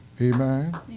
Amen